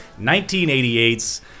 1988's